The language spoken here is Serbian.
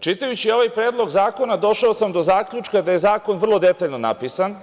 Čitajući ovaj predlog zakona, došao sam do zaključka da je zakon vrlo detaljno napisan,